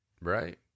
right